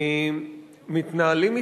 אני מקבל,